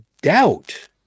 doubt